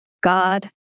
God